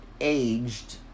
aged